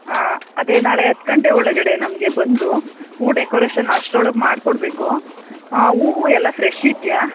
ಹಾಂ ಅದೇ ನಾಳೆ ಹತ್ತು ಗಂಟೆ ಒಳಗಡೆ ನಮಗೆ ಬಂದು ಹೂ ಡೆಕೋರೇಶನ್ ಅಷ್ಟ್ರೊಳಗೆ ಮಾಡಿಕೊಡ್ಬೇಕು ಹೂವು ಎಲ್ಲ ಫ್ರೆಶ್ ಇದೆಯಾ